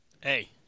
Hey